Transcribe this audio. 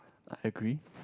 I agree